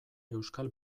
euskal